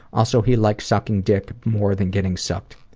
also, he likes sucking dick more than getting sucked.